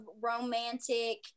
romantic-